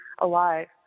alive